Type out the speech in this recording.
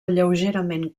lleugerament